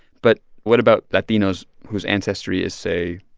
but what about latinos whose ancestry is, say,